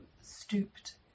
stooped